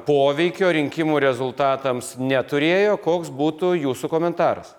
poveikio rinkimų rezultatams neturėjo koks būtų jūsų komentaras